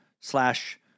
slash